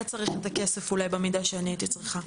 צריך את הכסף במידה שאני הייתי צריכה.